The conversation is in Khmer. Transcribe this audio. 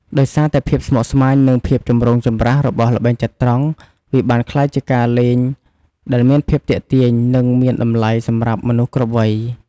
ដោយសារតែភាពស្មុគស្មាញ និងភាពចម្រូងចម្រាសរបស់ល្បែងចត្រង្គ វាបានក្លាយជាការលេងដែលមានភាពទាក់ទាញ និងមានតម្លៃសម្រាប់មនុស្សគ្រប់វ័យ។